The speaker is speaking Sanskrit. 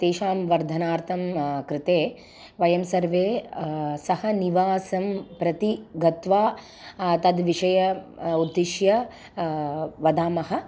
तेषां वर्धनार्थं कृते वयं सर्वे सहनिवासं प्रति गत्वा तद्विषयम् उद्दिश्य वदामः